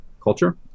culture